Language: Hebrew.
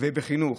ובחינוך.